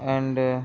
and